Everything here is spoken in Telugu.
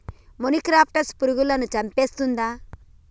మొనిక్రప్టస్ పురుగులను చంపేస్తుందా?